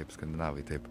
taip skandinavai taip